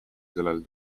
sellel